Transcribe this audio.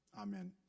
Amen